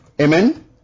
Amen